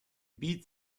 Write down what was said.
beat